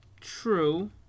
True